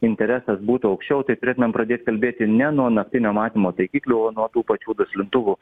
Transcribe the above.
interesas būtų aukščiau tai turėtumėm pradėt kalbėti ne nuo naktinio matymo taikiklių o nuo tų pačių duslintuvų